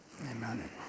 Amen